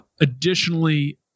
Additionally